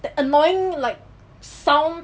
the annoying like sound